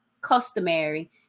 customary